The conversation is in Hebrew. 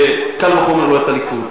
וקל וחומר לא את הליכוד.